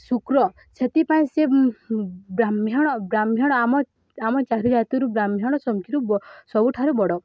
ଶୁକ୍ର ସେଥିପାଇଁ ସେ ବ୍ରାହ୍ମଣ ବ୍ରାହ୍ମଣ ଆମ ଆମ ଚାରି ଜାତିରୁ ବ୍ରାହ୍ମଣ ସବୁଠାରୁ ବଡ଼